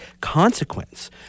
consequence